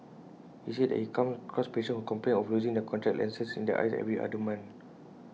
he said that he comes across patients who complain of losing their contact lenses in their eyes every other month